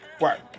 Work